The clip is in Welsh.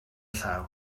llaw